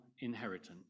inheritance